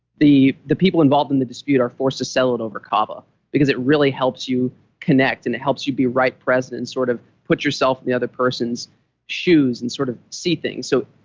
the the people involved in the dispute are forced to settle it over kava because it really helps you connect. and it helps you be right present and sort of put yourself in the other person's shoes and sort of see things. so,